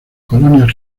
colonias